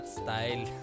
style